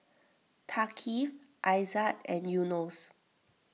Thaqif Aizat and Yunos